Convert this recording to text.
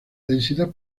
densidad